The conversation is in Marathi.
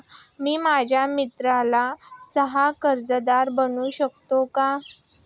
मी माझ्या मित्राला सह कर्जदार बनवू शकतो का?